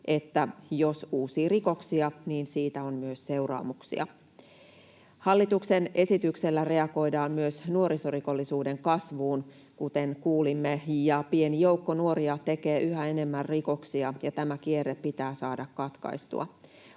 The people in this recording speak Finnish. että jos uusii rikoksia, niin siitä on myös seuraamuksia. Hallituksen esityksellä reagoidaan myös nuorisorikollisuuden kasvuun, kuten kuulimme. Pieni joukko nuoria tekee yhä enemmän rikoksia, ja tämä kierre pitää saada katkaistua.